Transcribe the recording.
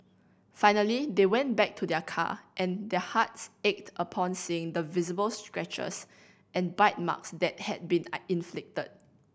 finally they went back to their car and their hearts ached upon seeing the visible scratches and bite marks that had been a inflicted